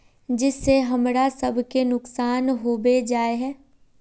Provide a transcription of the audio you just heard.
जिस से हमरा सब के नुकसान होबे जाय है?